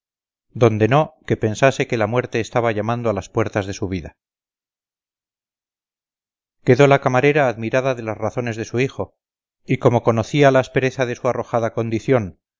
donde no que pensase que la muerte estaba llamando a las puertas de su vida quedó la camarera admirada de las razones de su hijo y como conocía la aspereza de su arrojada condición